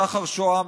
שחר שוהם,